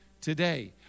today